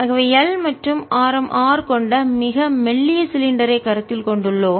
ஆகவே L மற்றும் ஆரம் R கொண்ட மிக மெல்லிய சிலிண்டரைக் கருத்தில் கொண்டுள்ளோம்